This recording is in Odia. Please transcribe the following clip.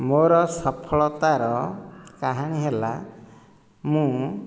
ମୋର ସଫଳତାର କାହାଣୀ ହେଲା ମୁଁ